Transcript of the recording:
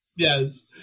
Yes